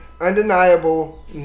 undeniable